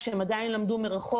כשהם עדיין למדו מרחוק.